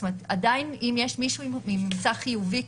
אם יש מישהו עם ממצא חיובי,